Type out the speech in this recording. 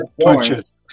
punches